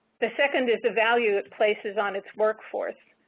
the second is the value it places on its workforce,